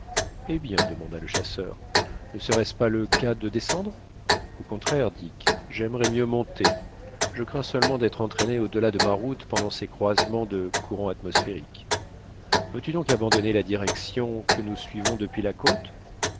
eh bien demanda le chasseur ne serait-ce pas le cas de descendre au contraire dick j'aimerais mieux monter je crains seulement d'être entraîné au delà de ma route pendant ces croisements de courants atmosphériques veux-tu donc abandonner la direction que nous suivons depuis la côte